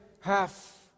half